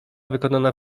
wykonana